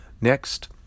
next